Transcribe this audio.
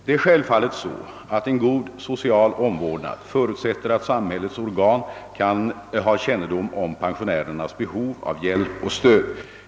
Det är självfallet så, att en god social omvårdnad förutsätter att samhällets organ har kännedom om pensionärernas behov av hjälp och stöd.